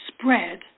Spread